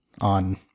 on